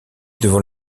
devant